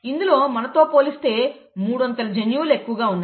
ఇందులో మనతో పోలిస్తే మూడింతల జన్యువులు ఎక్కువ ఉన్నాయి